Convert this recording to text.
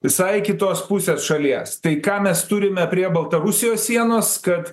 visai kitos pusės šalies tai ką mes turime prie baltarusijos sienos kad